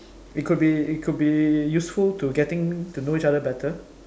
it could be it could be useful to getting to know each other better